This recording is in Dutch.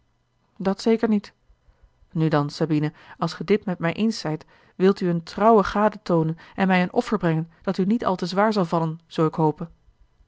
dat zeker niet nu dan sabine als gij dit met mij eens zijt wil u eene trouwe gade toonen en mij een offer brengen dat u niet al te zwaar zal vallen zoo